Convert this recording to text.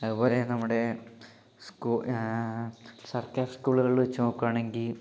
അതുപോലെ നമ്മുടെ സ്കൂ സർക്കാർ സ്കൂളുകളിൽ വച്ച് നോക്കുകയാണെങ്കിൽ